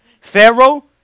Pharaoh